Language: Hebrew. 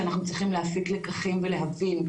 שאנחנו צריכים להפיק לקחים ולהבין,